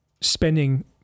spending